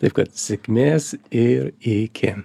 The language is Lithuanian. taip kad sėkmės ir iki